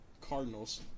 Cardinals